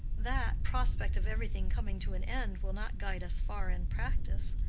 that prospect of everything coming to an end will not guide us far in practice.